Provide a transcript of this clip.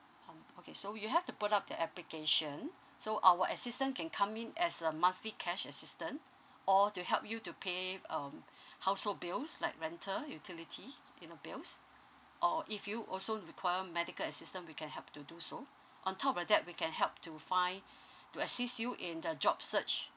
um okay so you have to put up the application so our assistant can come in as a monthly cash assistant or to help you to pay um household bills like rental utility you know bills or if you also require medical assistant we can help to do so on top of that we can help to find to assist you in uh job search